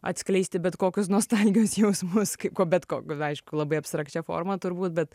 atskleisti bet kokius nostalgijos jausmus ko bet ko aišku labai abstrakčia forma turbūt bet